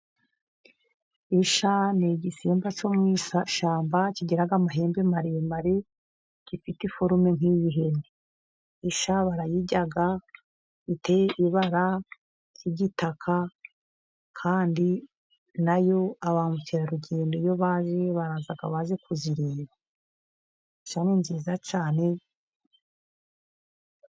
Ishya ni igisimba cyo mu ishyamba kigira amahembe maremare. Gifite ifurume nk'iyi ihene. Ishya barayirya ifite ibara ry'igitaka, kandi na yo ba mukerarugendo iyo baje baraza baje kuzireba. Isha ni nziza cyane.